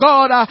God